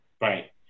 Right